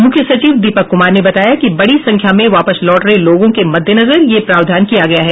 मुख्य सचिव दीपक कुमार ने बताया कि बड़ी संख्या में वापस लौट रहे लोगों के मद्देनजर यह प्रावधान किया गया है